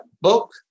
book